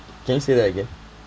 can you say that again